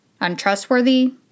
Untrustworthy